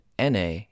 NA